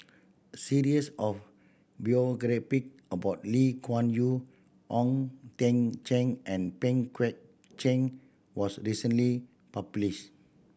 series of about Lee Kuan Yew Ong Teng Cheong and Pang Guek Cheng was recently published